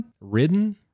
Written